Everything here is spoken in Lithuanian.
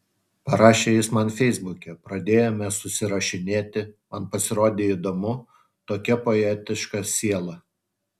parašė jis man feisbuke pradėjome susirašinėti man pasirodė įdomu tokia poetiška siela